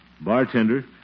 Bartender